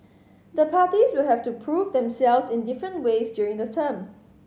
the parties will have to prove themselves in different ways during term